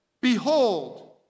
Behold